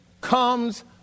comes